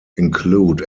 include